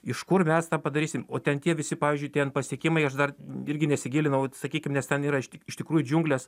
iš kur mes tą padarysim o ten tie visi pavyzdžiui ten pasiekimai aš dar irgi nesigilinau sakykim nes ten yra iš tik iš tikrųjų džiunglės